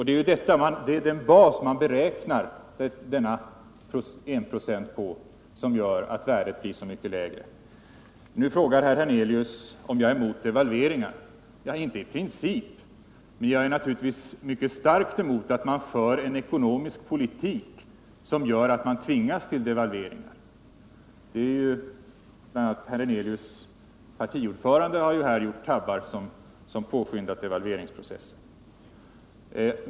Det är ju den bas man beräknar 1 96 på som gör att värdet blir så mycket lägre än tidigare. Nu frågar herr Hernelius om jag är emot devalveringar. Jag är det inte i princip, men jag är givetvis mycket starkt emot att man för en ekonomisk politik som gör att man tvingas till devalveringar. Bl. a. herr Hernelius partiordförande har gjort tabbar som har påskyndat devalveringsprocessen.